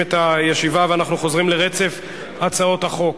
אנחנו מחדשים את הישיבה ואנחנו חוזרים לרצף הצעות החוק.